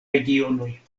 regionoj